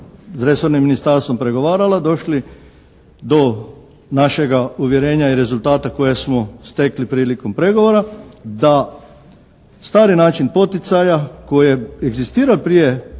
s resornim ministarstvom pregovarala, došli do našega uvjerenja i rezultata koje smo stekli prilikom pregovora, da stari način poticaja koji egzistira prije